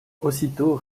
aussitôt